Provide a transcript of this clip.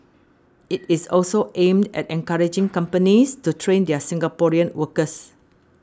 it is also aimed at encouraging companies to train their Singaporean workers